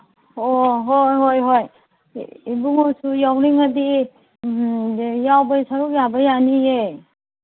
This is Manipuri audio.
ꯑꯣ ꯍꯣꯏ ꯍꯣꯏ ꯍꯣꯏ ꯏꯕꯨꯡꯉꯣꯁꯨ ꯌꯥꯎꯅꯤꯡꯉꯗꯤ ꯌꯥꯎꯕ ꯁꯔꯨꯛ ꯌꯥꯕ ꯌꯥꯅꯤꯌꯦ